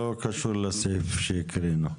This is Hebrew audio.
לא קשור לסעיף שהקראנו.